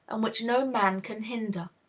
and which no man can hinder.